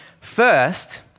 First